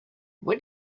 what